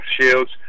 Shields